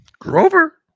Grover